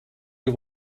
you